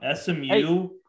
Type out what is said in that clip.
SMU –